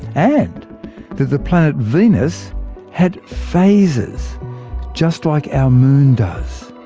and that the planet venus had phases just like our moon does.